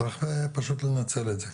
צריך פשוט לנצל את זה.